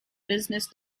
business